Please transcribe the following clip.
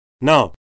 Now